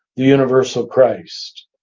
the universal christ.